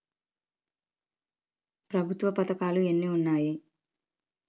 ప్రభుత్వ పథకాలు ఎన్ని ఉన్నాయి?